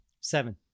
Seven